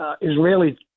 Israeli